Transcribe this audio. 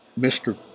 Mr